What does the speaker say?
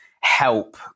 help